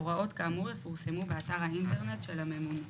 הוראות כאמור יפורסמו באתר האינטרנט של הממונה,